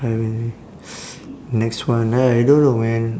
I next one I don't know man